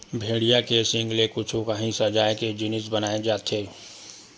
भेड़िया के सींग ले कुछु काही सजाए के जिनिस बनाए जाथे